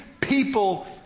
people